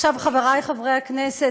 חברי חברי הכנסת,